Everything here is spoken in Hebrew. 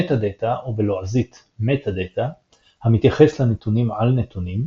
מטא דאטה או בלועזית Metadata המתייחס לנתונים על נתונים.